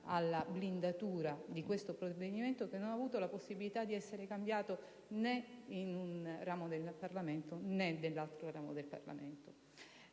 alla blindatura di questo provvedimento, che non ha avuto la possibilità di essere cambiato né in un ramo del Parlamento, né nell'altro. Signor